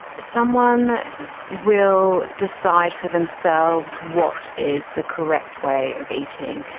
someone will decide for themselves what is the correct way of eating,